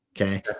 Okay